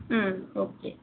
ம் ஓகே